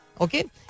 Okay